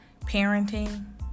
parenting